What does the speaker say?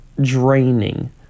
draining